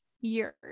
years